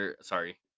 Sorry